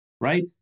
right